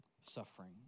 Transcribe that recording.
suffering